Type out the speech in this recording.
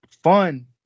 fun